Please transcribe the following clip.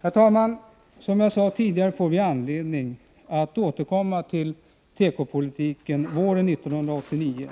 Herr talman! Vi får, som sagt, anledning att återkomma till tekopolitiken under våren 1989.